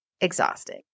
exhausting